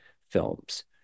films